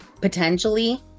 potentially